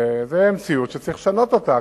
זו מציאות שצריך לשנות אותה.